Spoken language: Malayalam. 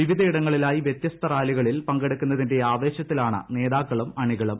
വിവിധയിടങ്ങളിലായി വൃത്യസ്ത റാലികളിൽ പങ്കെടുക്കുന്നതിന്റെ ആവേശത്തിലാണ് നേതാക്കളും അണികളും